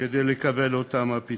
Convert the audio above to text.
כדי שיקבלו את אותם הפיצויים.